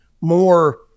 more